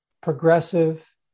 progressive